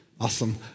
Awesome